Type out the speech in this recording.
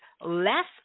less